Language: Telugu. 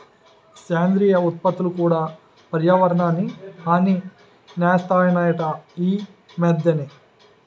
సేంద్రియ ఉత్పత్తులు కూడా పర్యావరణానికి హాని సేస్తనాయట ఈ మద్దెన